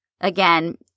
again